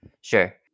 Sure